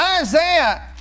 Isaiah